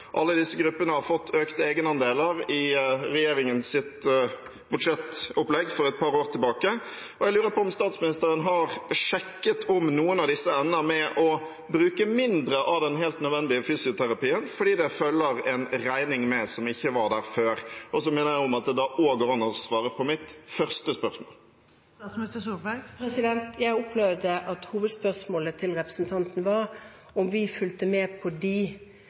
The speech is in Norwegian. Alle disse gruppene fikk økte egenandeler i regjeringens budsjettopplegg for et par år siden, og jeg lurer på om statsministeren har sjekket om noen av disse ender med å bruke mindre av den helt nødvendige fysioterapien fordi det følger med en regning som ikke var der før. Så minner jeg om at det da også går an å svare på mitt første spørsmål. Jeg opplevde at hovedspørsmålet til representanten var om vi fulgte med på de